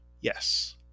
Yes